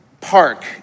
park